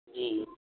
جی